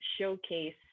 showcase